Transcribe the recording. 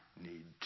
need